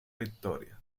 victoria